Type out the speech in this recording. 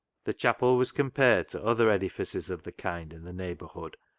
the chapel was compared to other edifices of the kind in the neighbourhood,